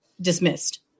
dismissed